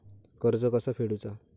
कर्ज कसा फेडुचा?